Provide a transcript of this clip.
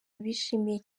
bishimiye